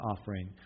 offering